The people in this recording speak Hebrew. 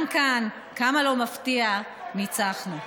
גם כאן, כמה לא מפתיע, ניצחנו.